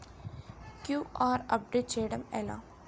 QR update చేయడం ఎలా?